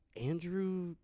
andrew